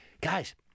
guys